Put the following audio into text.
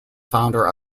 founder